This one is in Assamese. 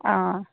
অঁ